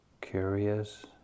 curious